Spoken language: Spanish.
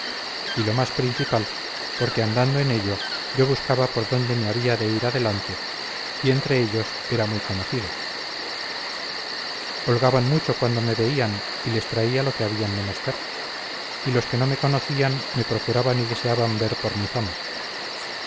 y lo más principal porque andando en ello yo buscaba por dónde me había de ir adelante y entre ellos era muy conocido holgaban mucho cuando me veían y les traía lo que habían menester y los que no me conocían me procuraban y deseaban ver por mi fama